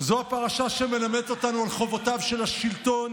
זו הפרשה שמלמדת אותנו על חובותיו של השלטון